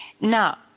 Now